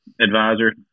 advisor